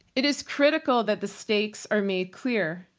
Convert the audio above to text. it is critical that the stakes are made clear.